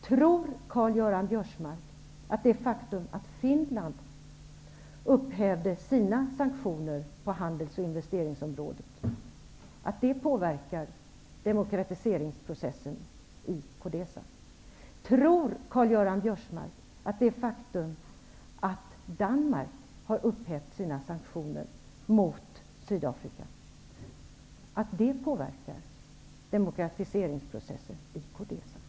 Tror Karl-Göran Biörsmark att det faktum att Finland upphävde sina sanktioner på handels och investeringsområdet påverkar demokratiseringsprocessen i CODESA? Tror Karl Göran Biörsmark att det faktum att Danmark har upphävt sina sanktioner mot Sydafrika påverkar demokratiseringsprocessen i CODESA?